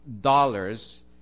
dollars